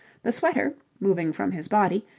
the sweater, moving from his body,